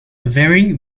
very